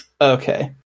Okay